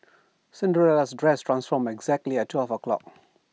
Cinderella's dress transformed exactly at twelve o' clock